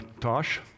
tosh